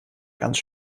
ganz